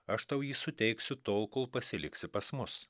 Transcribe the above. aš tau jį suteiksiu tol kol pasiliksi pas mus